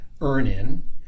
earn-in